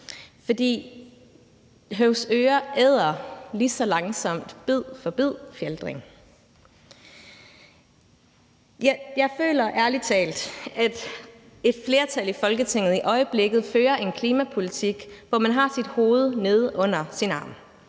For Høvsøre æder lige så langsomt Fjaltring bid for bid. Jeg føler ærlig talt, at et flertal i Folketinget i øjeblikket fører en klimapolitik, hvor man har hovedet under armen.